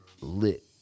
lit